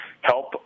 help